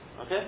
Okay